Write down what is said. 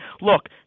Look